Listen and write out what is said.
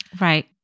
Right